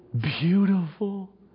beautiful